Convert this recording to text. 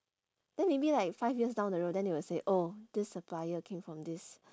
then maybe like five years down the road then they will say oh this supplier came from this